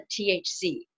THC